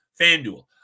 fanduel